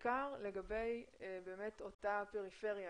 בעיקר לגבי באמת אותה פריפריה,